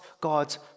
God's